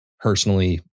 Personally